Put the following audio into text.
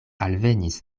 alvenis